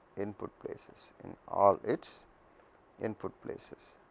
input places, in all its input places